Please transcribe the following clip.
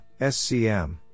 SCM